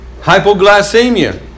Hypoglycemia